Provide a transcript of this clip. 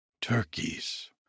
turkeys